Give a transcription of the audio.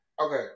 Okay